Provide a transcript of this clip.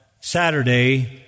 Saturday